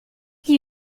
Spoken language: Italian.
gli